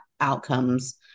outcomes